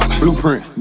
blueprint